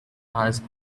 has